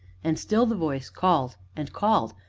and still the voice called and called,